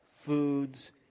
foods